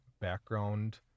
background